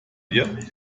dir